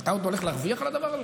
אבל אתה עוד הולך להרוויח על הדבר הזה?